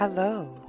Hello